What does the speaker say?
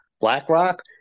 BlackRock